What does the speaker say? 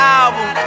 album